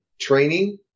training